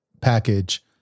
package